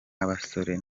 abasore